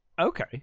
okay